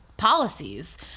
policies